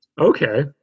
Okay